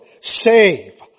save